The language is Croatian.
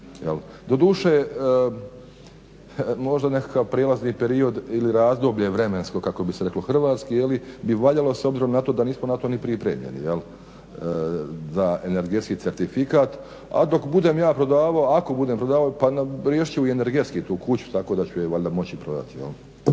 Doduše, možda nekakav prijelazni period ili razdoblje vremensko kako bi se reklo hrvatski je li, bi valjalo s obzirom na to da nismo na to ni pripremljeni za energetski certifikat. A dok budem ja prodavao, ako budem prodavao pa riješiti ću i energetski tu kuću, tako da ću je valjda moći prodati.